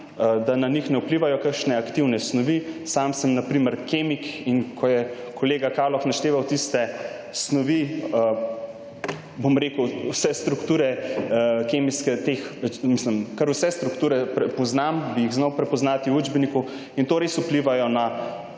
da na njih ne vplivajo kakšne aktivne snovi. Sam sem na primer kemik, in ko je kolega Kaloh našteval tiste snovi, bom rekel, vse strukture, kemijske, teh, mislim, kar vse strukture prepoznam, bi jih znal prepoznati v učbeniku, in to res vplivajo na